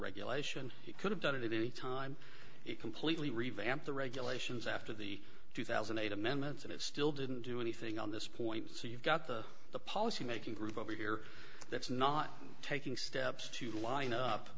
regulation it could have done it in the time it completely revamped the regulations after the two thousand and eight amendments and it still didn't do anything on this point so you've got the the policy making group over here that's not taking steps to line up